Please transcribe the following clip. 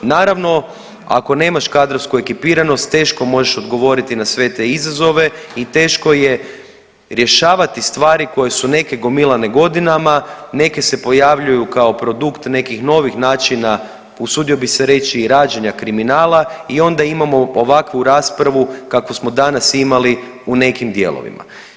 Naravno ako nemaš kadrovsku ekipiranost teško možeš odgovoriti na sve te izazove i teško je rješavati stvari koje su neke gomilane godinama, neke se pojavljuju kao produkt nekih novih načina usudio bih se reći i rađanja kriminala i onda imamo ovakvu raspravu kakvu smo danas imali u nekim dijelovima.